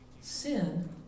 sin